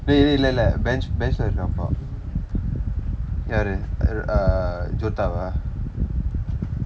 dey dey இல்லை இல்லை:illai illai bench bench-lae இருக்கிறான் இப்ப யாரு:illa irukkiraan ippa yaaru uh jotha ah